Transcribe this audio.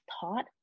taught